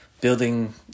building